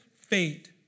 fate